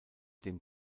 dem